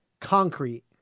concrete